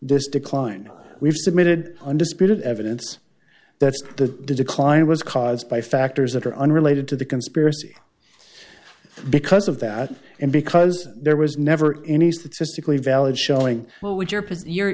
this decline we've submitted undisputed evidence that the decline was caused by factors that are unrelated to the conspiracy because of that and because there was never any statistically valid showing what would your